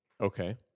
Okay